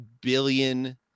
billion